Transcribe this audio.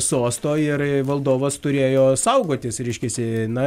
sosto ir valdovas turėjo saugotis reiškiasi na